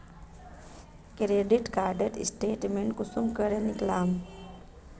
Credit कार्डेर statement कुंसम करे निकलाम?